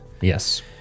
Yes